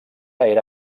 era